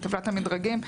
בטבלת המדרגים,